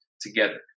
together